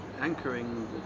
anchoring